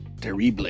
terrible